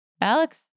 Alex